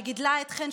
שגידלה אתכן,